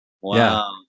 Wow